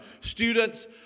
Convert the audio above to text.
students